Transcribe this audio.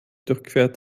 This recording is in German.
durchquert